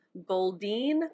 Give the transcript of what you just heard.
Goldine